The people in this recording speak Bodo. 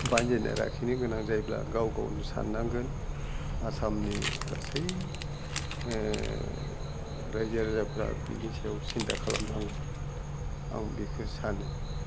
बानजायनाय लाखिनो गोनां जायोब्ला गाव गावनो साननांगोन आसामनि गासै राइजो राजाफोरा बेनि सायाव सिन्था खालामनांगो आं बेखौ सानो